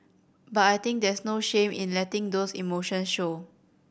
but I think there's no shame in letting those emotion show